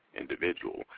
individual